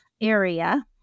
area